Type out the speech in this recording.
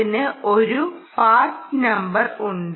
അതിന് ഒരു part number ഉണ്ട്